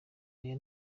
ayo